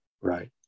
right